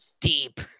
deep